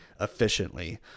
efficiently